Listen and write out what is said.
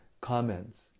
comments